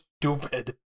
stupid